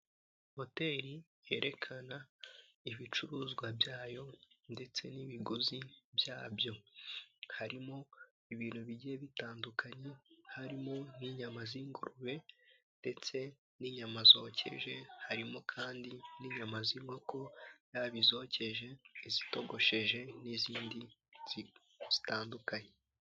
Hoteri yerekana ibicuruzwa byayo ndetse n'ibiguzi byabyo, harimo ibintu bijyiye bitandukanye harimo nk'inyama z'ingurube, ndetse n'inyama zokeje harimo kandi n'inyama z'inkoko yaba izokeje, izitogosheje n'izindi zitandukanye.